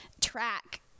track